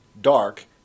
dark